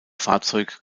fahrzeug